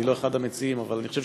אני לא אחד המציעים, אבל אני חושב